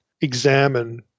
examine